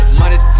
money